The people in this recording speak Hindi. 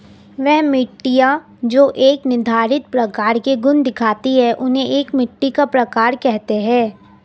वह मिट्टियाँ जो एक निर्धारित प्रकार के गुण दिखाती है उन्हें एक मिट्टी का प्रकार कहते हैं